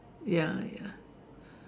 ya ya